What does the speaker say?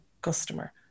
customer